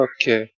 Okay